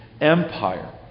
Empire